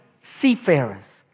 seafarers